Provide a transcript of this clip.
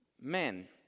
men